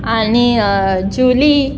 आनी जुली